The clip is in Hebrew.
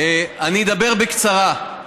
אני אדבר בקצרה,